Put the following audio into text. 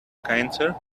cancer